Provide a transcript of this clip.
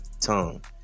tongue